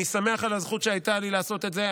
אני שמח על הזכות שהייתה לי לעשות את זה.